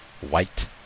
White